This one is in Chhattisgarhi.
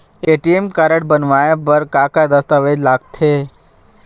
ए.टी.एम कारड बनवाए बर का का दस्तावेज लगथे?